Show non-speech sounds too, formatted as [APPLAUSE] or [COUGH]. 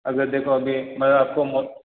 अगर देखो अभी [UNINTELLIGIBLE] आप को [UNINTELLIGIBLE]